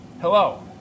Hello